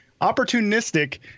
opportunistic